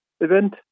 event